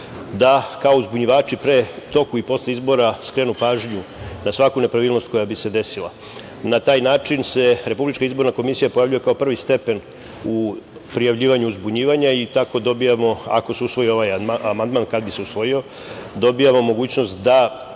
da kao uzbunjivači pre i u toku izbora skrenu pažnju na svaku nepravilnost koja bi se desila. Na taj način se RIK pojavljuje kao prvi stepen u prijavljivanju uzbunjivanja i tako dobijamo, ako se usvoji ovaj amandman, kada bi se usvojio, dobijamo mogućnost da